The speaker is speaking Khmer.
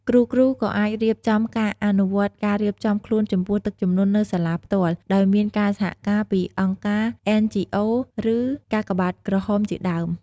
គ្រូៗក៏អាចរៀបចំការអនុវត្តការរៀបចំខ្លួនចំពោះទឹកជំនន់នៅសាលាផ្ទាល់ដោយមានការសហការពី អង្គការ NGO ឬ កាកបាទក្រហមជាដើម។